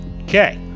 Okay